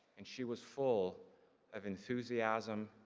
and she was full of enthusiasm,